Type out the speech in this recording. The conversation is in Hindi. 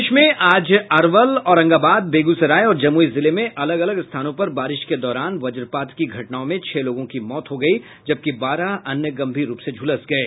प्रदेश में आज अरवल औरंगाबाद बेगूसराय और जमुई जिले में अलग अलग स्थानों पर बारिश के दौरान वज्रपात की घटनाओं में छह लोगों की मौत हो गयी जबकि बारह अन्य गंभीर रूप से झुलस गये